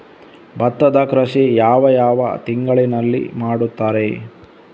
ಭತ್ತದ ಕೃಷಿ ಯಾವ ಯಾವ ತಿಂಗಳಿನಲ್ಲಿ ಮಾಡುತ್ತಾರೆ?